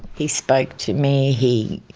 he spoke to me, he